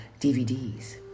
DVDs